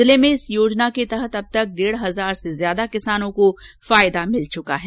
जिले में इस योजना के तहत अब तक डेढ़ हजार से ज्यादा किसानों को फायदा मिल चुका है